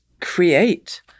create